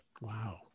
Wow